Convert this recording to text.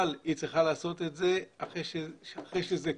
אבל היא צריכה לעשות את זה אחרי שזה קורה.